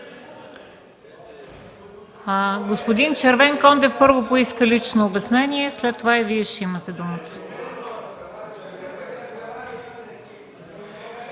Господин Червенкондев първи поиска лично обяснение. След това и Вие ще имате думата.